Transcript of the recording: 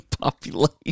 population